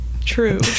true